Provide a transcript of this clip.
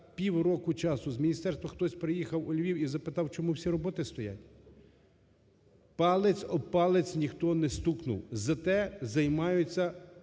півроку часу з міністерства хтось приїхав у Львів і запитав, чому всі роботи стоять? Палець об палець ніхто не стукнув, зате займаються